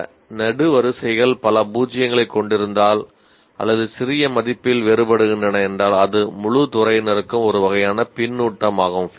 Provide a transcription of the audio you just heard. சில நெடுவரிசைகள் பல பூஜ்ஜியங்களைக் கொண்டிருந்தால் அல்லது சிறிய மதிப்பில் வேறுபடுகின்றன என்றால் அது முழுத் துறையினருக்கும் ஒரு வகையான பின்னூட்டமாகும்